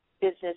business